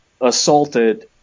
assaulted